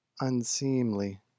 unseemly